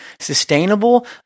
sustainable